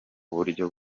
buryo